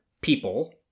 people